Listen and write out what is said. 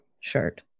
shirt